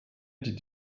die